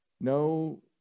no